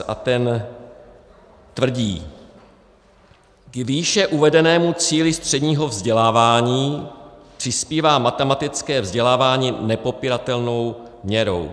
A ten tvrdí: K výše uvedenému cíli středního vzdělávání přispívá matematické vzdělávání nepopiratelnou měrou.